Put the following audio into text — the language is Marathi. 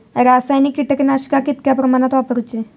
रासायनिक कीटकनाशका कितक्या प्रमाणात वापरूची?